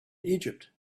egypt